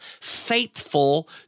faithful